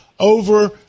over